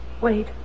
wait